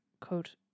quote